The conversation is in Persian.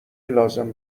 لازم